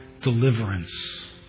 deliverance